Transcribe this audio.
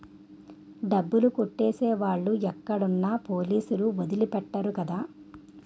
డబ్బులు కొట్టేసే వాళ్ళు ఎక్కడున్నా పోలీసులు వదిలి పెట్టరు కదా